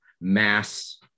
mass